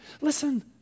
Listen